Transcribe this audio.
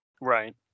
Right